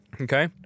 Okay